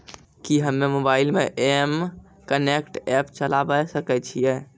कि हम्मे मोबाइल मे एम कनेक्ट एप्प चलाबय सकै छियै?